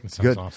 Good